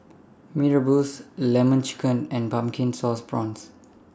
Mee Rebus Lemon Chicken and Pumpkin Sauce Prawns